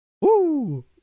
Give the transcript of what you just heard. Woo